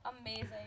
amazing